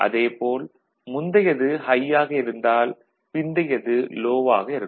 அதே போல் முந்தையது ஹை ஆக இருந்தால் பிந்தையது லோ ஆக இருக்கும்